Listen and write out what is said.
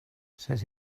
said